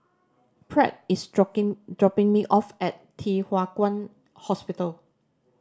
Pratt is dropping dropping me off at Thye Hua Kwan Hospital